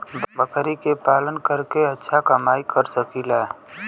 बकरी के पालन करके अच्छा कमाई कर सकीं ला?